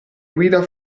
guida